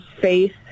faith